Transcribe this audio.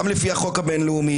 גם לפי החוק הבין-לאומי,